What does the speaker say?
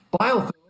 Biofilm